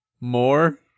more